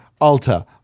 Alta